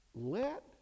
let